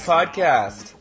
Podcast